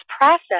process